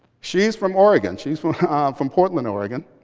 she's from oregon. she's from portland, oregon.